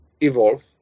evolve